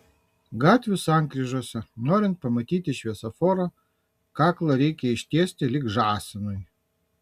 gatvių sankryžose norint pamatyti šviesoforą kaklą reikia ištiesti lyg žąsinui